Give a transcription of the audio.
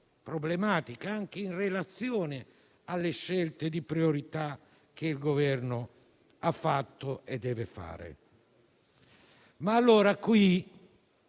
problematica anche in relazione alle scelte di priorità che il Governo ha fatto e deve fare. Consentitemi